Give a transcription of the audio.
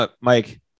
Mike